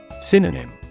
Synonym